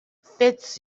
fits